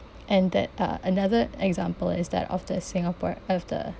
and that uh another example is that of the singapor~ of the